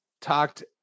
talked